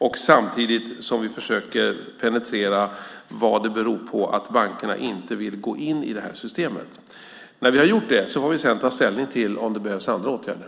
Samtidigt försöker vi penetrera vad det beror på att bankerna inte vill gå in i systemet. När vi har gjort det har vi att ta ställning till om det behövs andra åtgärder.